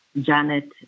Janet